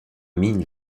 mine